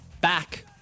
back